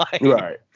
Right